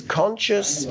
conscious